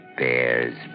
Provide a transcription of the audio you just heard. bears